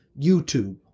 youtube